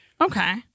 Okay